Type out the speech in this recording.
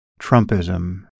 Trumpism